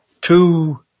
two